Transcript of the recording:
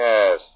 Yes